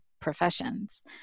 professions